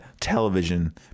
television